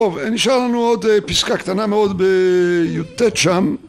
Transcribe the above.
טוב, נשאר לנו עוד פסקה קטנה מאוד בי"ט שם